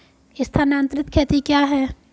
स्थानांतरित खेती क्या है?